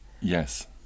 Yes